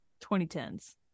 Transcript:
2010s